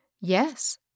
Yes